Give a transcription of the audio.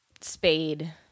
Spade